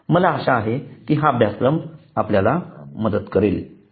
मला आशा आहे की हा अभ्यासक्रम आपल्याला मदत करेल